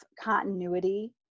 continuity